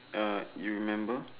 uh you remember